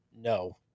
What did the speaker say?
No